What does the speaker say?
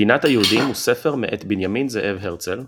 מדינת היהודים הוא ספר מאת בנימין זאב הרצל,